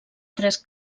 tres